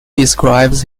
describes